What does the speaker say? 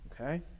okay